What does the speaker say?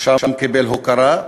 ושם קיבל הוקרה,